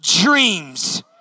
dreams